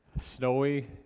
snowy